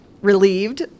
Relieved